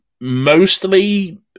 Mostly